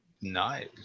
nice